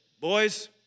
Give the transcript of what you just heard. Boys